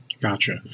Gotcha